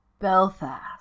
Belfast